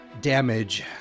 damage